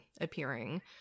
appearing